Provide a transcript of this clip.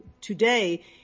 today